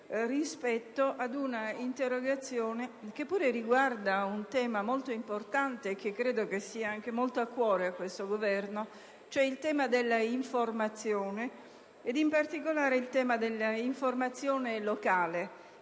rispetto ad un'interrogazione che pure riguarda un tema molto importante che credo stia molto a cuore a questo Governo: il tema dell'informazione e, in particolare, di quella locale.